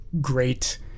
great